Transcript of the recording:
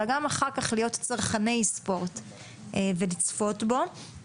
אלא גם אחר-כך להיות צרכני ספורט ולצפות בו.